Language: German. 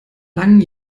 langen